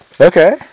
Okay